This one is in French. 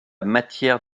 matière